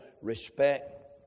respect